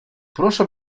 proszę